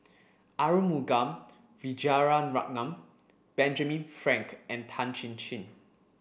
Arumugam Vijiaratnam Benjamin Frank and Tan Chin Chin